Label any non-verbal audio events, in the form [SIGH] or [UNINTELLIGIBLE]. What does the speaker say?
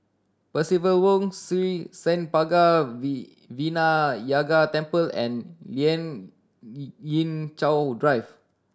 Percival [UNINTELLIGIBLE] Sri Senpaga V Vinayagar Temple and Lien [UNINTELLIGIBLE] Ying Chow Drive